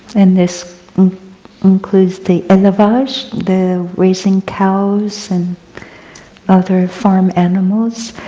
and this includes the elevage, the raising cows and other farm animals,